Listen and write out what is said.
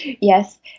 Yes